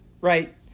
right